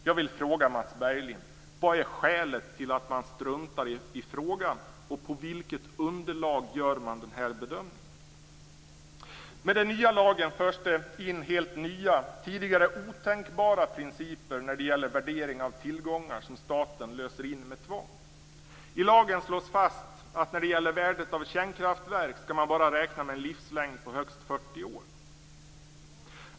Jag vill fråga Mats Berglind: Vad är skälet till att man struntar i frågan? På vilket underlag gör man den här bedömningen? Med den nya lagen förs det in helt nya, tidigare otänkbara, principer när det gäller värdering av tillgångar som staten löser in med tvång. I lagen slås det fast att man när det gäller värdet av kärnkraftverk bara skall räkna med en livslängd på högst 40 år.